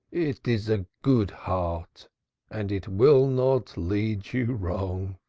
it is a good heart and it will not lead you wrong.